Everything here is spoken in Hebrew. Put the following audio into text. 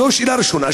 זו שאלה ראשונה.